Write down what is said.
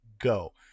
go